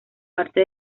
parte